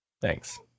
Thanks